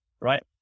right